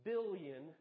Billion